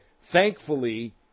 thankfully